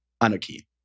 anarchy